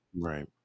right